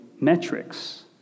metrics